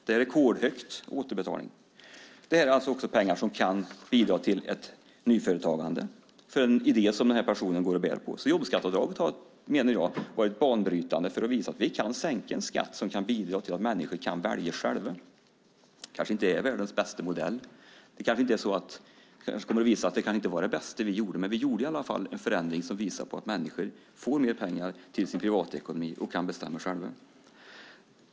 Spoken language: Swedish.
Återbetalningen är nu rekordhög. Det handlar också om pengar som kan bidra till nyföretagande utifrån en idé som en person går och bär på. Jobbskatteavdraget har, menar jag, varit banbrytande när det gäller att visa att vi kan sänka en skatt och att det kan bidra till att människor själva kan välja. Kanske är det inte världens bästa modell, och kanske visar det sig inte vara det bästa vi gjorde. Vi gjorde i alla fall en förändring som visar på att människor får mer pengar privatekonomiskt och själva kan bestämma.